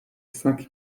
cinq